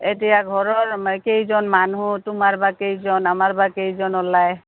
এতিয়া ঘৰৰ কেইজন মানুহ তোমাৰ বা কেইজন আমাৰ বা কেইজন ওলায়